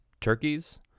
turkeys